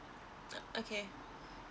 okay